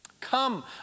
Come